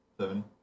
Seven